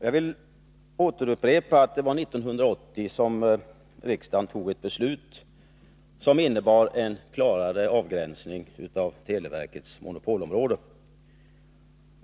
Jag vill upprepa att det var 1980 som riksdagen fattade ett beslut som innebar en klarare avgränsning av televerkets monopolområde.